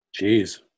Jeez